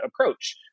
approach